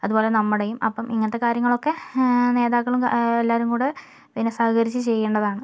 അതുപോലെ നമ്മുടെയും അപ്പം ഇങ്ങനത്തെ കാര്യങ്ങളൊക്കെ നേതാക്കളും എല്ലാവരും കൂടെ പിന്നെ സഹകരിച്ച് ചെയ്യേണ്ടതാണ്